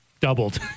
doubled